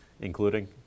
including